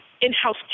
in-house